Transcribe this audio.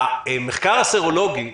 המחקר הסרולוגי,